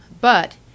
but